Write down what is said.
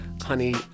honey